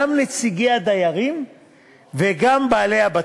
גם נציגי הדיירים וגם בעלי הבתים.